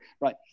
Right